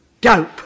dope